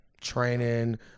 Training